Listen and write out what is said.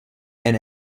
and